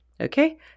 okay